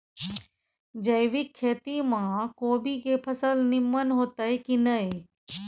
जैविक खेती म कोबी के फसल नीमन होतय की नय?